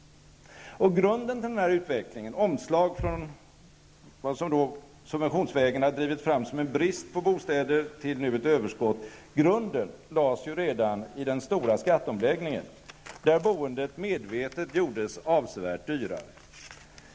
Grunden till denna utveckling -- detta omslag från, som subventionsvägen har drivits fram, en brist på bostäder då till ett överskott nu -- lades ju redan vid den stora skatteomläggningen, där boendet medvetet gjordes avsevärt dyrare.